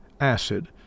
acid